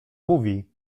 mówi